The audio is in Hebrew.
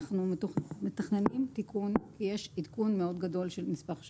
אנחנו מתכננים תיקון כי יש עדכון מאוד גדול של נספח 6,